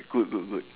good good good